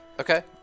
Okay